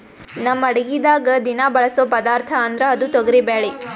ನಮ್ ಅಡಗಿದಾಗ್ ದಿನಾ ಬಳಸೋ ಪದಾರ್ಥ ಅಂದ್ರ ಅದು ತೊಗರಿಬ್ಯಾಳಿ